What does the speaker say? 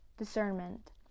Discernment